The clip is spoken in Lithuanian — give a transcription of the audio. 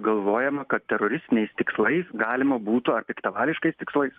galvojama kad teroristiniais tikslais galima būtų ar piktavališkais tikslais